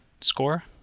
score